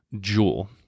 jewel